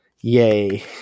Yay